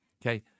Okay